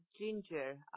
ginger